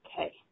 Okay